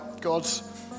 God's